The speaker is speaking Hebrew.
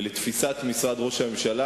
ולתפיסת משרד ראש הממשלה,